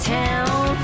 town